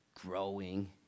growing